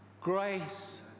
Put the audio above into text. grace